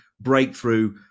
breakthrough